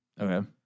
Okay